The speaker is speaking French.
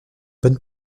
bonne